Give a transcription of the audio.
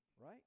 right